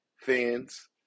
fans